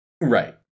Right